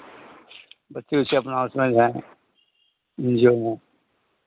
बच्चे उसे अपना उसमें जो हैं जो हैं